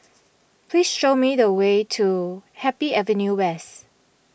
please show me the way to Happy Avenue West